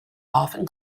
often